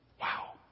Wow